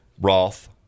Roth